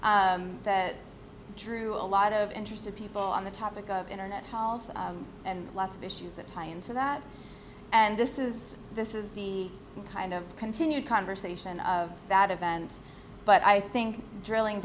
way that drew a lot of interested people on the topic of internet hall and lots of issues that tie into that and this is this is the kind of continued conversation of that event but i think drilling